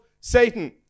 Satan